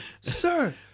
sir